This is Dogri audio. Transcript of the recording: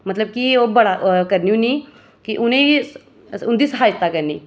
मतलब कि ओह् बड़ा करनी होन्नी कि उ'नें ई उं'दी सहायता करनी